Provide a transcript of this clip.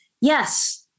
Yes